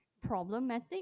problematic